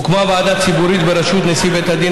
הוקמה ועדה ציבורית בראשות נשיא בית הדין